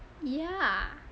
ya